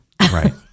Right